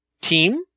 Team